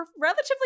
relatively